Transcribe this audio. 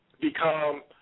become